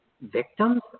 victims